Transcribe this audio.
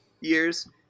years